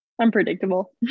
Unpredictable